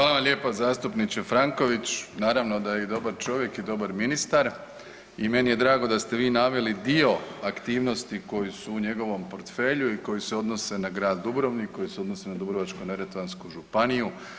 Hvala vam lijepo zastupniče Franković, naravno da je i dobar čovjek i dobar ministar i meni je drago da ste vi naveli dio aktivnosti koji su u njegovom portfelju i koji se odnose na grad Dubrovnik, koji se odnose na Dubrovačko-neretvansku županiju.